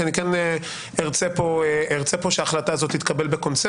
כי אני כן ארצה פה שההחלטה הזו תתקבל בקונצנזוס,